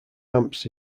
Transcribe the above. amps